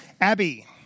Abby